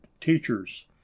teachers